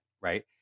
right